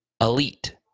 elite